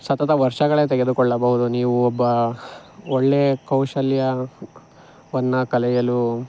ಸತತ ವರ್ಷಗಳೇ ತೆಗೆದುಕೊಳ್ಳಬಹುದು ನೀವು ಒಬ್ಬ ಒಳ್ಳೆ ಕೌಶಲ್ಯವನ್ನು ಕಲಿಯಲು